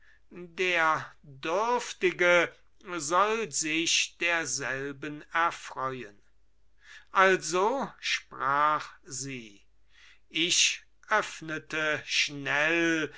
der dürftige soll sich derselben erfreuen also sprach sie ich öffnete schnell